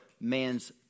man's